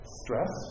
stress